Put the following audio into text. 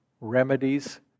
remedies